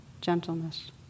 gentleness